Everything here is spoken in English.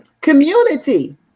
Community